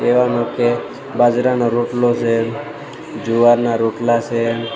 કહેવાનું કે બાજરાનો રોટલો છે જુવારના રોટલા છે એમ